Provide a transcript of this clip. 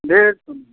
ढेर